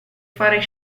far